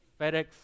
FedEx